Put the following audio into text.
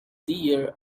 dear